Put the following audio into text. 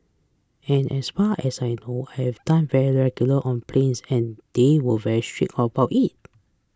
and as far as I know done very regularly on planes and they were very strict about it